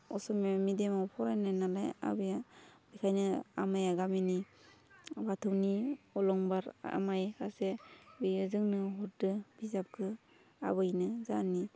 असमिया मिडियामाव फरायनाय नालाय आबैया बेखायनो आमाइया गामिनि बाथौनि अलंबार आमाय सासे बेयो जोंनो हरदों बिजाबखौ आबैनो जोंहानि